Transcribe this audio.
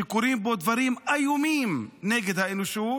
שקוראים בו דברים איומים נגד האנושות.